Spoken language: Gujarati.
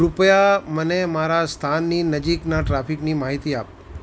કૃપયા મને મારા સ્થાનની નજીકના ટ્રાફિકની માહિતી આપ